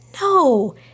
No